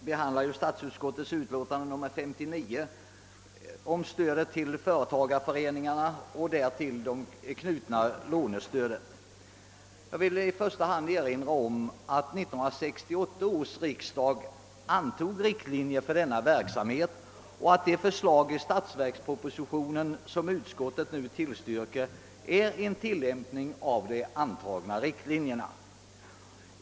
Herr talman! I statsutskottets utlåtande nr 59 behandlas stödet till företagareföreningarna och det därtill knutna lånestödet. Jag vill till en början erinra om att 1968 års riksdag antog riktlinjer för denna verksamhet och att det förslag i statsverkspropositionen som utskottet nu tillstyrker innebär en tillämpning av dessa riktlinjer.